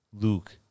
Luke